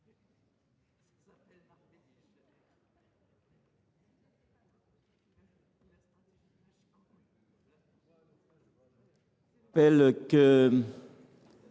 je vous rappelle que